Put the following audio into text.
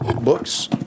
books